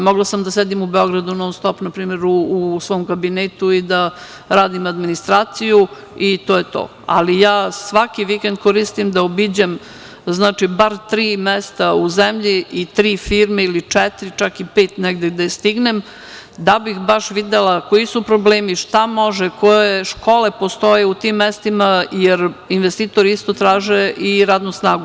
Mogla sam da sedim u Beogradu non-stop, na prime, u svom kabinetu i da radim administraciju i to je to, ali ja svaki vikend koristim da obiđem bar tri mesta u zemlji i tri firme ili četiri, čak i pet negde gde stignem, da bih baš videla koji su problemi, šta može, koje škole postoje u tim mestima, jer investitori isto traže i radnu snagu.